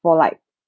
for like